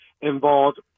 involved